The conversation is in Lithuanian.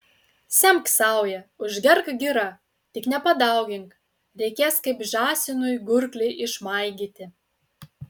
semk sauja užgerk gira tik nepadaugink reikės kaip žąsinui gurklį išmaigyti